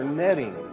netting